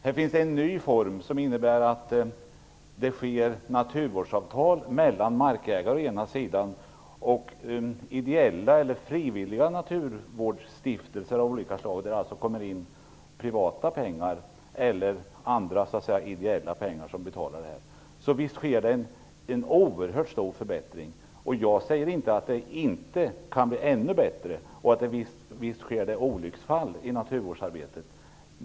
Det finns en ny form som innebär att det görs naturvårdsavtal mellan markägare och ideella eller frivilliga naturvårdsstiftelser av olika slag. Det kommer alltså in privata pengar eller pengar från ideella stiftelser som betalar detta. Så visst sker det en oerhört stor förbättring. Jag säger inte att det inte kan bli ännu bättre och att det inte sker olycksfall. Visst sker det olycksfall i naturvårdsarbetet.